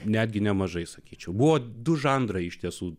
netgi nemažai sakyčiau buvo du žanrai iš tiesų